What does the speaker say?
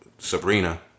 Sabrina